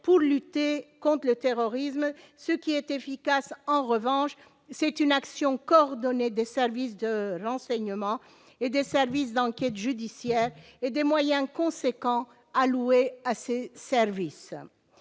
pour lutter contre le terrorisme, ce qui est efficace, en revanche, c'est une action coordonnée des services de l'enseignement et des services d'enquête judiciaire et des moyens conséquents alloués à ce service,